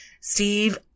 Steve